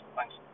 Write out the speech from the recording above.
Thanks